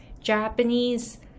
Japanese